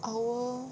hour